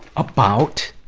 about,